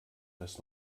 das